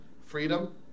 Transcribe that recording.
freedom